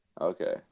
Okay